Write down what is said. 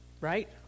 right